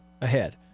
ahead